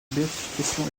béatification